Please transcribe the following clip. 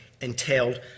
entailed